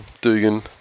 Dugan